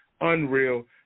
unreal